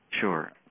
Sure